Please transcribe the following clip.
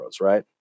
right